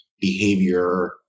behavior